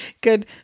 good